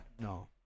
No